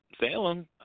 Salem